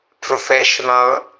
professional